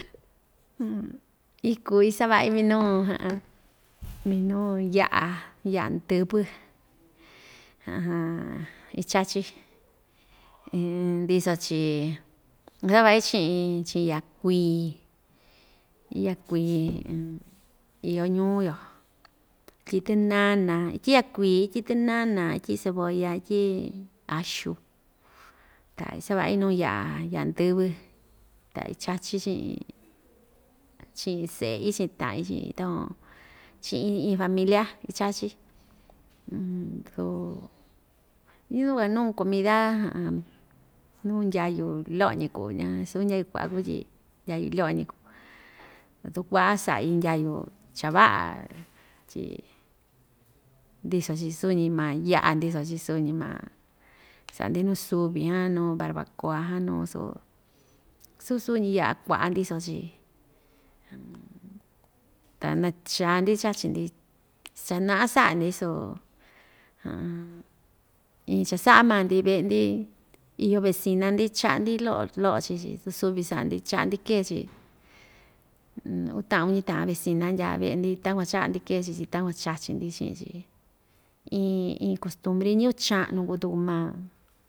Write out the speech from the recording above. iku isava'i minu minuu ya'a ya'a ndɨ́vɨ ichachí ndisochi isava'i chi'in chi'in ya'a kui ya'a kui iyo ñuu‑yo tyi'i tɨnana, ityi'i ya'a kuii, ityi'i tɨnana, ityi'i cebolla, ityi'i axu ta isava'i nuu ya'a ya'a ndɨ́vɨ ta ichachí chi'in chi'in se'i chi'in ta'in chi'in takuan chi'in iin iin familia ichachí yukua nuu comida nuu ndyayu lo'o‑ñi kuu ña‑su ndyayu kua'a kuvi tyi ndyayu lo'o‑ñi kuu tatu ku'va sa'i ndyayu chava'a tyi ndiso‑chi suu‑ñi ma ya'a ndiso‑chi suu‑ñi ma sa'a‑ndi nuu suvi jan nuu barbacoa jan nuu so su‑suñi ya'a ka'a ndiso‑chi ta nacha‑ndi chachi‑ndi chana'a sa'a‑ndi suu iin cha sa'a maa‑ndi ve'e‑ndi iyo vecina‑ndi cha'a‑ndi lo'o lo'o chii‑chi tu suvi sa'a‑ndi cha'a‑ndi kee‑chi uu ta'an uñi ta'an vecina ndyaa ve'e‑ndi takuan cha'a‑ndi kee‑chi tyi takuan chachi‑ndi chi'in‑chi iin iin kostumbri ñɨvɨ cha'nu kuu tuku maa.